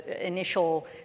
initial